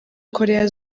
korea